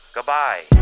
Goodbye